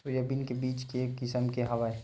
Soybean के बीज के किसम के हवय?